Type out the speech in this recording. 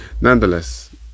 nonetheless